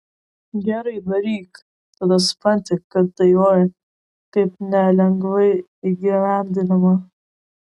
gerai daryk tada supranti kad tai oi kaip nelengvai įgyvendinama